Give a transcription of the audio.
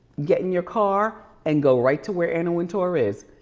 get in your car and go right to where anna wintour is.